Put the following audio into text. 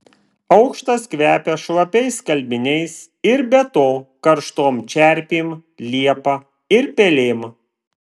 aukštas kvepia šlapiais skalbiniais ir be to karštom čerpėm liepa ir pelėm